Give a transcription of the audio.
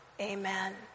Amen